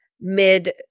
mid